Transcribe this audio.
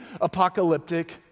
apocalyptic